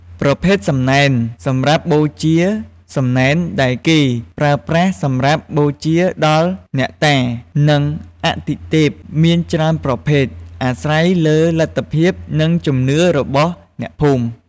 ប្រភេទសំណែនសម្រាប់បូជាសំណែនដែលគេប្រើប្រាស់សម្រាប់បូជាដល់អ្នកតា និងអាទិទេពមានច្រើនប្រភេទ អាស្រ័យលើលទ្ធភាព និងជំនឿរបស់អ្នកភូមិ។